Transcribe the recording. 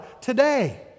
today